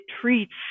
treats